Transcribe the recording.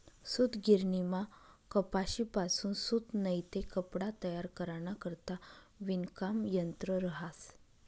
सूतगिरणीमा कपाशीपासून सूत नैते कपडा तयार कराना करता विणकाम यंत्र रहास